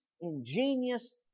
ingenious